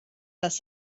las